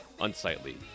unsightly